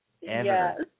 Yes